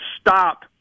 stop